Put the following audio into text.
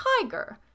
tiger